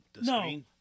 No